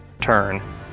turn